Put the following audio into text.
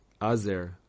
Azer